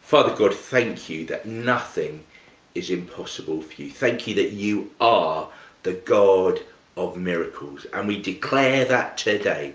father god, thank you that nothing is impossible for you. thank you that you are ah the god of miracles and we declare that today.